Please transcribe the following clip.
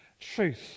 truth